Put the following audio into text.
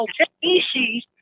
species